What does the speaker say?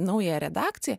naują redakciją